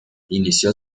inició